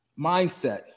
mindset